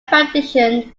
foundation